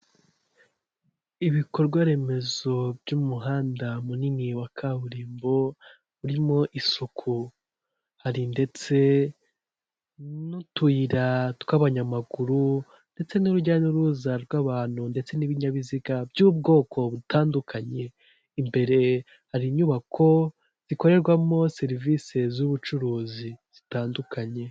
Ibikorwa remezo by'umuhanda munini wa kaburimbo birimo isuku, hari ndetse n'utuyira tw'abanyamaguru ndetse n'urujya n'uruza rw'abantu, ndetse n'ibinyabiziga by'ubwoko butandukanye, imbere har’inyubako zikorerwamo serivisi z'ubucuruzi zitandukanye.